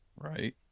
right